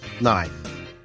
Nine